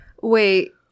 Wait